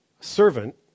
Servant